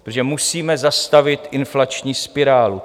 Protože musíme zastavit inflační spirálu.